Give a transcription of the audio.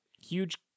huge